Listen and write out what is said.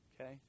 Okay